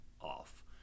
off